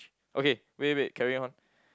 okay wait wait carry on